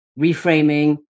reframing